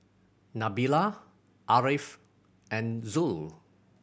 Nabila Ariff and Zul